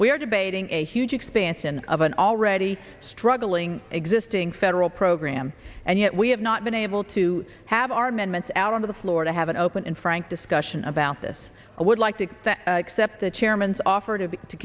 are debating a huge expansion of an already struggling existing federal program and yet we have not been able to have our amendments out on the floor to have an open and frank discussion about this i would like to accept the chairman's offer to